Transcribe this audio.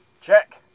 Check